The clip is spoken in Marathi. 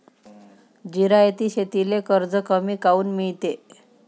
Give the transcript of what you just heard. जिरायती शेतीले कर्ज कमी काऊन मिळते?